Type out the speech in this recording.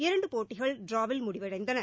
இரண்டு போட்டிகளில் டிராவில் முடிவடைந்தன